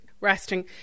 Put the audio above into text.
resting